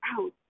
out